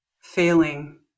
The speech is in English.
failing